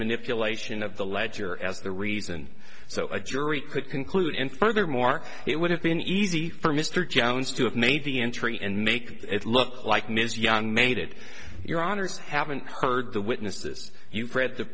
manipulation of the ledger as the reason so a jury could conclude in furthermore it would have been easy for mr jones to have made the entry and make it look like ms young made it your honour's haven't heard the witnesses you've read the